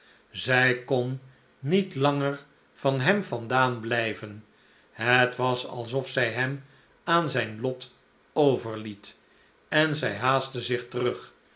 zij kon niet langer van hem vandaan blijven het was alsof zij hem aan zijn lot overliet en zij haastte zich terug